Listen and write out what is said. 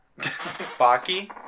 Baki